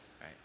right